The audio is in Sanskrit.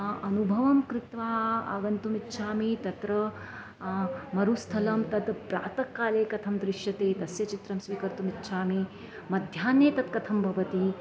अनुभवं कृत्वा आगन्तुम् इच्छामि तत्र मरुस्थलं तत् प्रातःकाले कथं दृश्यते तस्य चित्रं स्वीकर्तुम् इच्छामि मध्याह्ने तत् कथं भवति